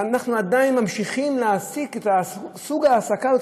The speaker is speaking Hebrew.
ואנחנו עדיין ממשיכים להעסיק בסוג ההעסקה הזה,